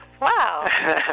Wow